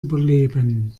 überleben